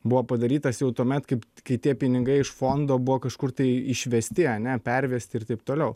buvo padarytas jau tuomet kaip kai tie pinigai iš fondo buvo kažkur tai išvesti ane pervesti ir taip toliau